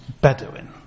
Bedouin